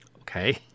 okay